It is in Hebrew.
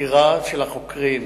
חקירה של החוקרים.